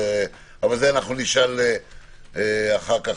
אבל זה נשאל אחר כך,